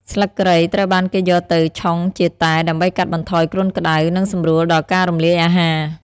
ស្លឹកគ្រៃ ត្រូវបានគេយកទៅឆុងជាតែ ដើម្បីកាត់បន្ថយគ្រុនក្តៅ និងសម្រួលដល់ការរំលាយអាហារ។